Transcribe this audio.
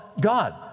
God